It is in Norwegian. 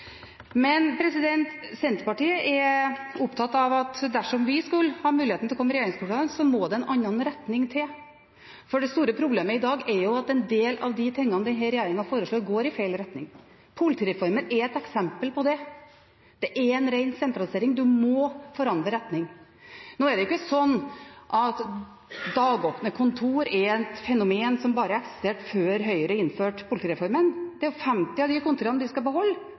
Senterpartiet er opptatt av at dersom vi skulle få muligheten til å komme i regjeringskontorene, må det en annen retning til. Det store problemet i dag er at en del av det denne regjeringen foreslår, går i feil retning. Politireformen er et eksempel på det. Det er en ren sentralisering, og en må forandre retning. Nå er det ikke slik at dagåpne kontor er et fenomen som bare eksisterte før Høyre innførte politireformen. 50 av de kontorene skal en beholde, og de skal